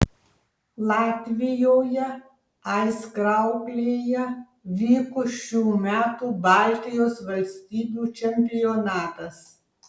latvijoje aizkrauklėje vyko šių metų baltijos valstybių čempionatas